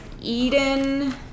Eden